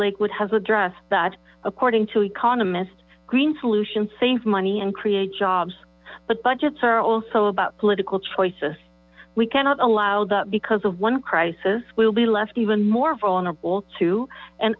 lakewood has addressed that according to economist green solutions save money and create jobs but budgets are also about political choices we cannot allow that because of one crisis we will be left even more vulnerable to an